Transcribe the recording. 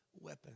Weapon